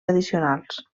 addicionals